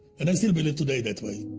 and i still believe today that way.